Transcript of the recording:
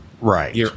Right